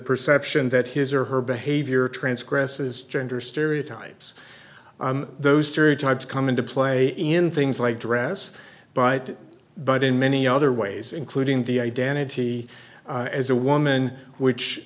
perception that his or her behavior transgress is gender stereotypes those stereotypes come into play in things like dress but but in many other ways including the identity as a woman which